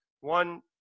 one